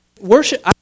worship